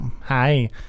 hi